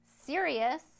serious